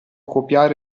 copiare